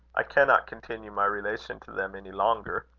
i cannot continue my relation to them any longer.